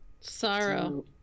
sorrow